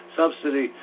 subsidy